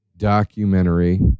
documentary